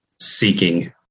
seeking